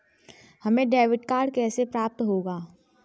हमें debit card कैसे प्राप्त होगा?